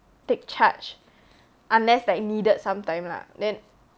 take charge unless like needed sometimes lah then